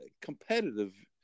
competitive